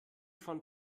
von